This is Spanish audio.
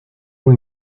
por